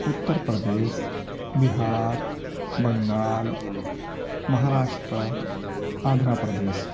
Uttar Pradesh Bihar Bengal Maharashtra Andhra Pradesh